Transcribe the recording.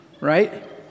right